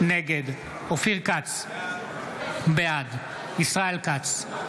נגד אופיר כץ, בעד ישראל כץ,